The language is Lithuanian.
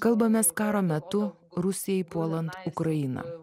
kalbamės karo metu rusijai puolant ukrainą